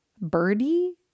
Birdie